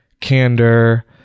candor